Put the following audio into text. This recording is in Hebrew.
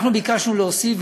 אנחנו ביקשנו להוסיף,